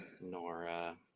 Nora